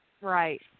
right